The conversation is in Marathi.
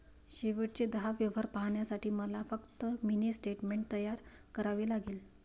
शेवटचे दहा व्यवहार पाहण्यासाठी मला फक्त मिनी स्टेटमेंट तयार करावे लागेल